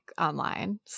online